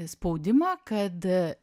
spaudimą kad